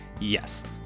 Yes